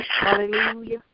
hallelujah